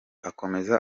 akomeza